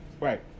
Right